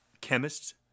chemist's